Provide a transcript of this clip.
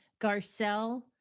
Garcelle